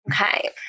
Okay